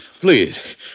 Please